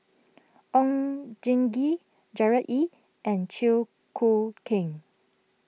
Oon Jin Gee Gerard Ee and Chew Koo Keng